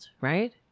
Right